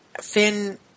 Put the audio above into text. Finn